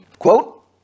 Quote